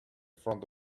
front